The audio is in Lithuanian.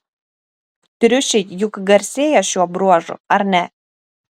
triušiai juk garsėja šiuo bruožu ar ne